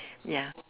ya